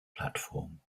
platform